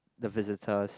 the visitors